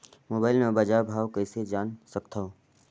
Mobile म बजार भाव कइसे जान सकथव?